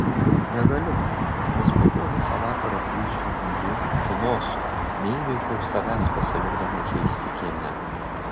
negaliu nes po to visą vakarą būsiu niūri žinosiu neįveikiau savęs pasilikdama žaisti kieme